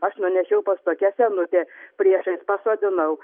aš nunešiau pas tokia senutę priešais pasodinau